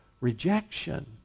rejection